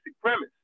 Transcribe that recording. premise